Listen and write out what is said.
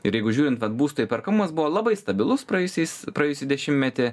ir jeigu žiūrint kad būsto įperkamumas buvo labai stabilus praėjusiais praėjusį dešimtmetį